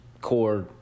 core